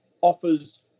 offers